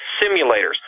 simulators